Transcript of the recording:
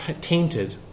tainted